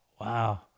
Wow